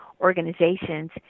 organizations